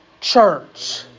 church